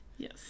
Yes